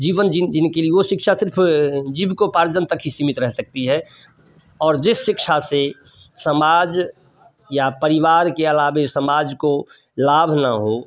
जीवन जिन जिन के लिए वो शिक्षा सिर्फ जीवीकोपार्जन तक ही सीमित रह सकती है और जिस शिक्षा से समाज या परिवार के अलावा समाज को लाभ न हो